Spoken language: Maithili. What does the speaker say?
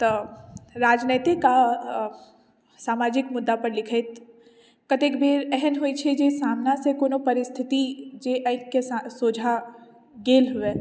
तऽ राजनैतिक आ समाजिक मुद्दा पर लिखैत कतेक बेर एहन होइ छै जे सामना से कोनो परिस्थिति जे ऑंखि के सोझा गेल हुए